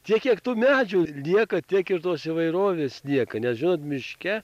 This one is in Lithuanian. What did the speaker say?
tiek kiek tų medžių lieka tiek ir tos įvairovės lieka nes žinot miške